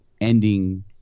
ending